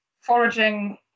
foraging